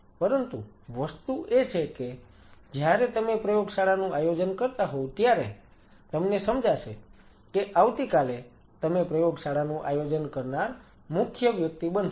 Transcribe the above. પરંતુ વસ્તુ એ છે કે જ્યારે તમે પ્રયોગશાળાનું આયોજન કરતા હોવ ત્યારે તમને સમજાશે કે આવતી કાલે તમે પ્રયોગશાળાનું આયોજન કરનાર મુખ્ય વ્યક્તિ બનશો